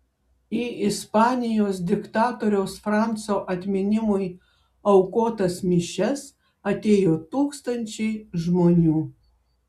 į ispanijos diktatoriaus franco atminimui aukotas mišias atėjo tūkstančiai žmonių